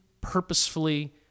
purposefully